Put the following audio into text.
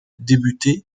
débuté